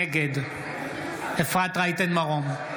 נגד אפרת רייטן מרום,